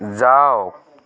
যাওক